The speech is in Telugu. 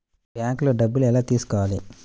బ్యాంక్లో డబ్బులు ఎలా తీసుకోవాలి?